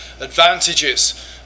advantages